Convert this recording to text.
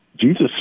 Jesus